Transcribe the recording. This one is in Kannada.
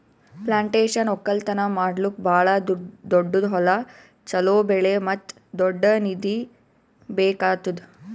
ಪ್ಲಾಂಟೇಶನ್ ಒಕ್ಕಲ್ತನ ಮಾಡ್ಲುಕ್ ಭಾಳ ದೊಡ್ಡುದ್ ಹೊಲ, ಚೋಲೋ ಬೆಳೆ ಮತ್ತ ದೊಡ್ಡ ನಿಧಿ ಬೇಕ್ ಆತ್ತುದ್